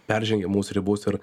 peržengiamos ribos ir